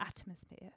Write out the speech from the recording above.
atmosphere